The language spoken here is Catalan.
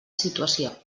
situació